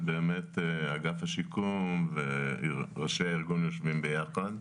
שבאמת אגף השיקום וראשי הארגון יושבים ביחד.